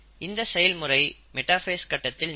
இந்த செயல்முறை மெட்டாஃபேஸ் கட்டத்தில் நிகழும்